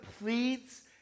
pleads